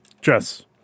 Jess